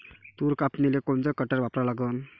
तूर कापनीले कोनचं कटर वापरा लागन?